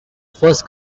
first